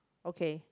okay